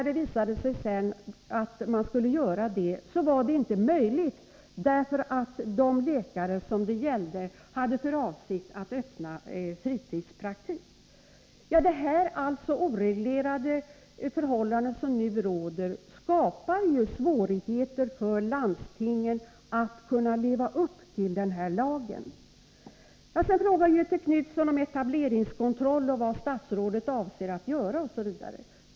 Det visade sig emellertid inte vara möjligt, därför att de läkare som det gällde hade för avsikt att öppna fritidspraktik. Det oreglerade förhållande som nu råder skapar svårigheter för landstingen att kunna leva upp till lagen. Göthe Knutson frågade också om etableringskontroll, vad statsrådet avser att göra osv.